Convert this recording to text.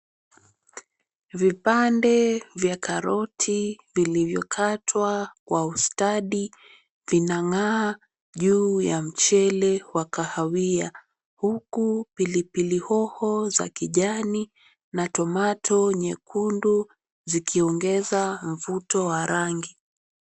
Vipande vya karoti vilivyokatwa kwa ustadi vinang'aa juu ya mchele wa kahawia, huku pilipili hoho za kijani na tomato nyekundu zikiongeza mvuto wa rangi.